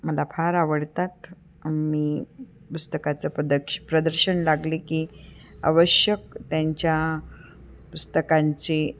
मला फार आवडतात मी पुस्तकाचं पदक्ष प्रदर्शन लागले की अवश्य त्यांच्या पुस्तकांची